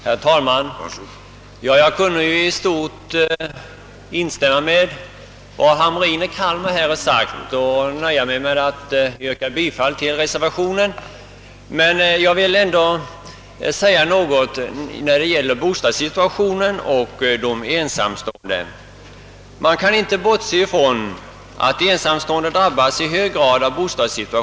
Herr talman! Jag kan i stort instämma i vad herr Hamrin i Kalmar har sagt och skulle kunnat nöja mig med att yrka bifall till reservationen, men jag vill ändå säga något om bostadssituationen för de ensamstående. Man kan inte bortse från att ensamstående missgynnas vid sökande av bostäder.